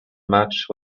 match